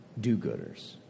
do-gooders